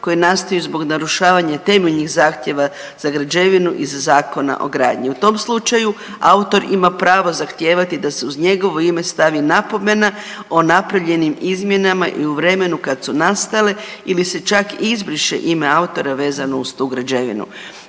koje nastaju zbog narušavanja temeljnih zahtjeva za građevinu iz Zakona o gradnji. U tom slučaju autor ima pravo zahtijevati da se uz njegovo ime stavi napomena o napravljenim izmjenama i u vremenu kad su nastale ili se čak izbriše ime autora vezano uz tu građevinu.